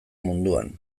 munduan